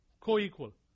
Co-equal